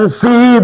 see